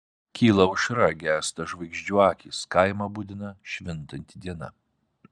kyla aušra gęsta žvaigždžių akys kaimą budina švintanti diena